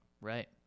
Right